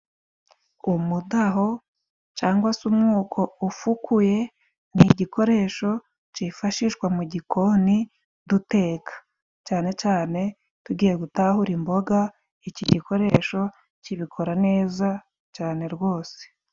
Umudaho cyangwa se umwuko ufukuye ni igikoresho cyifashishwa mu gikoni duteka, cyane cyane tugiye gutahura imboga, iki gikoresho kibikora neza cyane rwose.